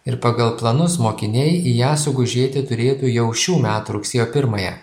ir pagal planus mokiniai į ją sugužėti turėtų jau šių metų rugsėjo pirmąją